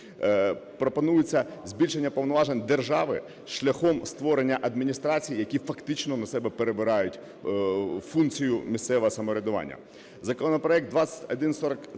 пропонується збільшення повноважень держави шляхом створення адміністрацій, які фактично на себе перебирають функцію місцеве самоврядування.